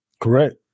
Correct